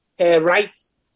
rights